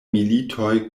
militoj